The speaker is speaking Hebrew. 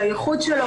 שהייחוד שלו,